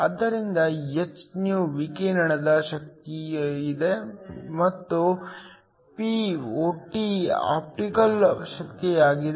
ಆದ್ದರಿಂದ hυ ವಿಕಿರಣದ ಶಕ್ತಿಯಾಗಿದೆ ಮತ್ತು Pot ಆಪ್ಟಿಕಲ್ ಶಕ್ತಿಯಾಗಿದೆ